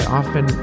often